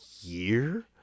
year